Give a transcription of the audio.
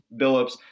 Billups